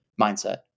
mindset